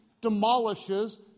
demolishes